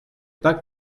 pas